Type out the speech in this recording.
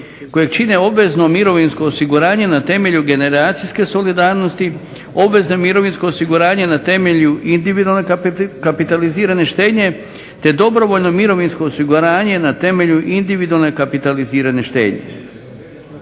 kojeg čine obvezno mirovinsko osiguranje na temelju generacijske solidarnosti, obvezne mirovinsko osiguranje na temelju individualne kapitalizirane štednje, te dobrovoljno mirovinsko osiguranje na temelju individualne kapitalizirane štednje.